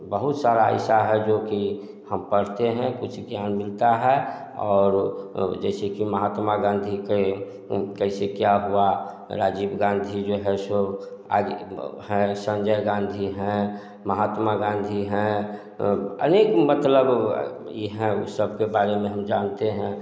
बहुत सारा ऐसा है जो कि हम पढ़ते हैं कुछ ज्ञान मिलता है और जैसे कि महात्मा गाँधी कै कैसे क्या हुआ राजीव गाँधी जो है सो आज हैं संजय गाँधी हैं महात्मा गाँधी हैं अनेक मतलब ये हैं ऊ सबके बारे में हम जानते हैं